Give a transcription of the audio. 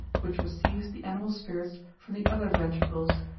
which receives the animal spirits from the other ventricles,